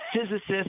physicists